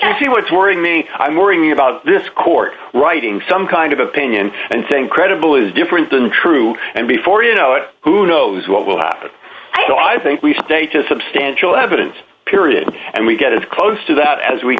i see what's worrying me i'm worrying about this court writing some kind of opinion and saying credible is different than true and before you know it who knows what will happen i don't know i think we state a substantial evidence period and we get as close to that as we